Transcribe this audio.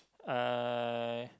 uh